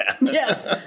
yes